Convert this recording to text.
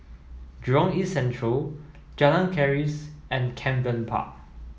Jurong East Central Jalan Keris and Camden Park